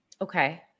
Okay